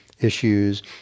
issues